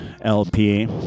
LP